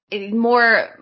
more